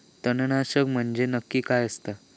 तणनाशक म्हंजे नक्की काय असता?